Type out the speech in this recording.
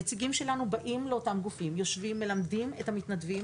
נציגים שלנו באים לאותם גופים ומלמדים את המתנדבים